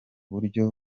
buryo